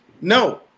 No